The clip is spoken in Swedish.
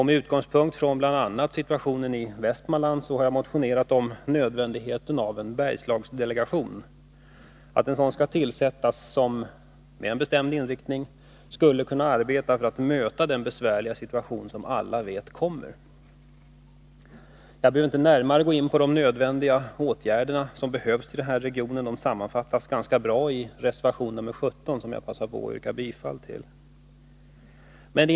Med utgångspunkt från bl.a. situationen i Västmanland har jag motionerat om nödvändigheten av att en Bergslagsdelegation tillsätts som, med bestämd inriktning, skulle kunna arbeta för att möta den besvärliga situation som enligt vad alla vet kommer. Jag behöver inte närmare gå in på de åtgärder som är nödvändiga i den här regionen. De sammanfattas ganska bra i reservation 17, som jag passar på att yrka bifall till.